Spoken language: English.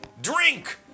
Drink